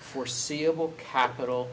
foreseeable capital